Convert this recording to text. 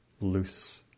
loose